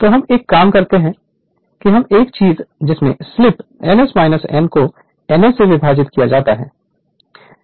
तो हम एक काम करते हैं कि हम एक चीज जिसमें स्लिप n S n को n S से विभाजित किया जाता है